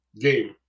game